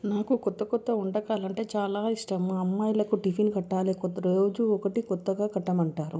నాకు కొత్త కొత్త వంటకాలు అంటే చాలా ఇష్టం అమ్మాయిలకు టిఫిన్ కట్టాలి కొద్ది రోజు ఒకటి రోజు కొత్తగా కట్టమంటారు